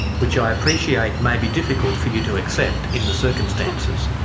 which i appreciate may be difficult for you to accept in the circumstances.